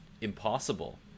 impossible